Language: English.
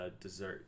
Dessert